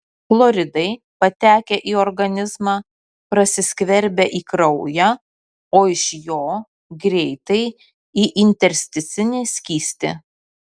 chloridai patekę į organizmą prasiskverbia į kraują o iš jo greitai į intersticinį skystį